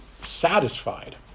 satisfied